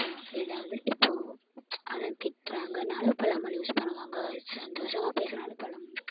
நான் எதாவது இப்போது அது திட்டுறாங்கனாலும் பழமொழி யூஸ் பண்ணுவாங்க சந்தோஷமாக பேசினாலும் பழமொழி யூஸ் பண்ணுவாங்க